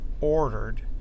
ordered